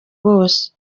bose